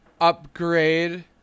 upgrade